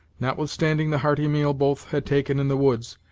notwithstanding the hearty meal both had taken in the woods,